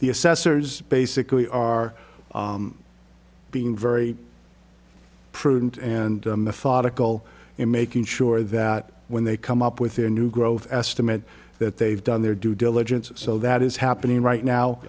the assessors basically are being very prudent and methodical in making sure that when they come up with their new growth estimate that they've done their due diligence so that is happening right now